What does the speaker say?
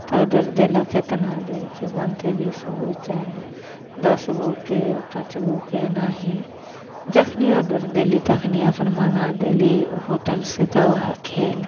तऽ ऑडर देलक एतना आदमीके बनतै बीसगो चाहे दसगोके पाँचगोके एनाहि जखन ऑडर देली तखनी अपन मँगा देली होटलसे तऽ ओहे खएलक